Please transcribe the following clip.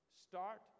Start